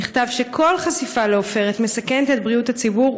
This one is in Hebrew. נכתב שכל חשיפה לעופרת מסכנת את בריאות הציבור,